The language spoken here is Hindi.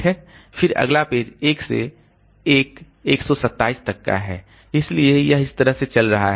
फिर अगला पेज 1 से 1 127 तक का है इसलिए यह इस तरह से चल रहा है